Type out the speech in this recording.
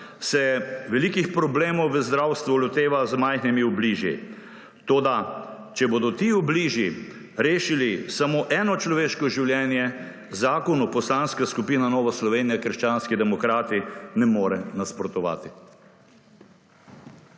se velikih problemov v zdravstvu loteva z majhnimi obliži. Toda, če bodo ti obliži rešili samo eno človeško življenje, Zakonu Poslanska skupina Nova Slovenija – krščanski demokrati ne more nasprotovati.